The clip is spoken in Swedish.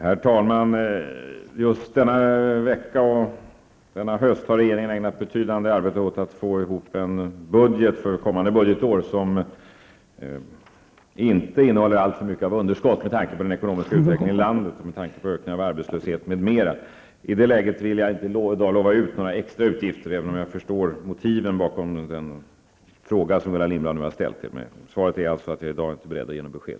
Herr talman! Under denna höst och just denna vecka har regeringen ägnat betydande arbete åt att få ihop en budget för kommande budgetår. Med tanke på den ökande arbetslösheten och den ekonomiska utvecklingen i landet bör denna budget inte innehålla alltför stort underskott. I detta läge vill jag inte utlova några extra utgifter, även om jag förstår motiven bakom den fråga som Gullan Lindblad nu har ställt. Svaret är alltså att jag i dag inte är beredd att ge något besked.